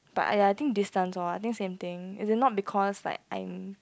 but !aiya! I think distance orh I think same thing as in not because like I'm